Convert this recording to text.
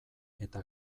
eta